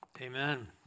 Amen